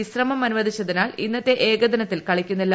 വിശ്രമം അനുവദിച്ചതിനാൽ ഇന്നത്തെ ഏകദിനത്തിൽ കളിക്കുന്നില്ല